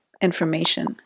information